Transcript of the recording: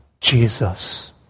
Jesus